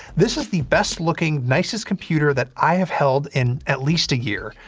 this is the best looking, nicest computer that i have held in at least a year.